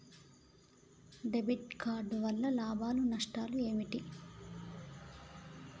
Debit card వల్ల లాభాలు నష్టాలు ఏమిటి?